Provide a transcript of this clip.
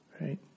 right